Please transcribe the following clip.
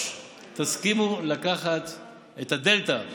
תסכימו לקחת את הדלתא,